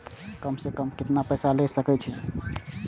कम से कम केतना पैसा ले सके छी?